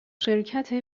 شرکت